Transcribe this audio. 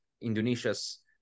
Indonesia's